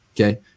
Okay